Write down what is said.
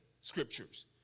scriptures